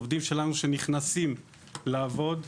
עובדים שלנו שנכנסים לעבוד,